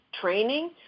training